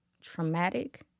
traumatic